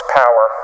power